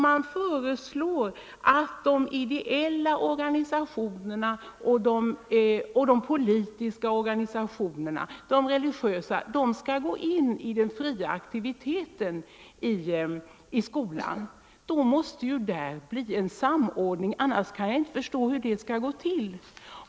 Man föreslår att de ideella organisationerna, de politiska organisationerna och de religiösa organisationerna skall gå in i den fria aktiviteten i skolan. Då måste ju där bli en samordning. Annars kan jag inte förstå hur det skall gå till.